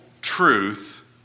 truth